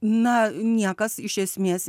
na niekas iš esmės